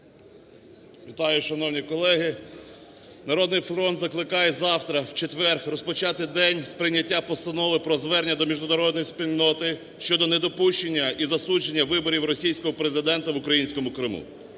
Вітаю, шановні колеги! "Народний фронт" закликає завтра в четвер розпочати день з прийняття постанови про звернення до міжнародної спільноти щодо недопущення і засудження виборів російського президента в українському Криму.